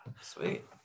Sweet